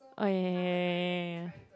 oh ya ya ya ya ya ya ya